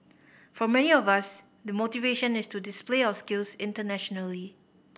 for many of us the motivation is to display our skills internationally